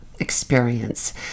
experience